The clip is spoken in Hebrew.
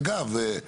אגב,